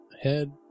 head